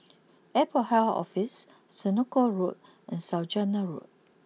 Airport Health Office Senoko Road and Saujana Road